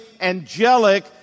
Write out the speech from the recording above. angelic